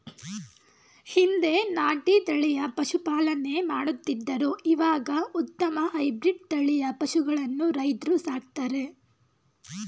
ಹಿಂದೆ ನಾಟಿ ತಳಿಯ ಪಶುಪಾಲನೆ ಮಾಡುತ್ತಿದ್ದರು ಇವಾಗ ಉತ್ತಮ ಹೈಬ್ರಿಡ್ ತಳಿಯ ಪಶುಗಳನ್ನು ರೈತ್ರು ಸಾಕ್ತರೆ